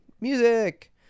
music